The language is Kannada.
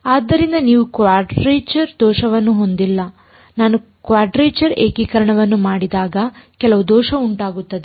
ಆದ್ದರಿಂದ ನೀವು ಕ್ವಾಡ್ರೇಚರ್ ದೋಷವನ್ನು ಹೊಂದಿಲ್ಲ ನಾನು ಕ್ವಾಡ್ರೇಚರ್ ಏಕೀಕರಣವನ್ನು ಮಾಡಿದಾಗ ಕೆಲವು ದೋಷ ಉಂಟಾಗುತ್ತದೆ